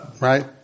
Right